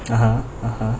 (uh huh) (uh huh)